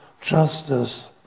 justice